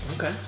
Okay